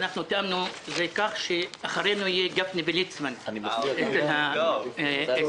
ואנחנו תיאמנו שאחרינו יהיו גפני וליצמן אצל הנשיא...